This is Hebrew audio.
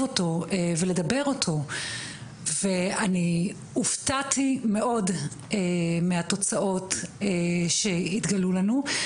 אותו ולדבר אותו ואני הופתעתי מאוד מהתוצאות שהתגלו לנו.